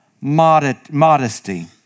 modesty